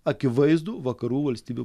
akivaizdų vakarų valstybių